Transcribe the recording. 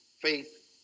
faith